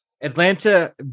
Atlanta